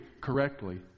correctly